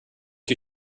die